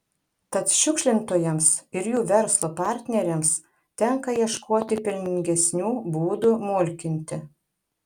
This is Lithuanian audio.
tad šiukšlintojams ir jų verslo partneriams tenka ieškoti pelningesnių būdų mulkinti